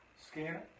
Scanner